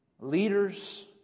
leaders